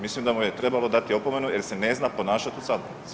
Mislim da mu je trebalo dati opomenu jer se ne zna ponašati u sabornici.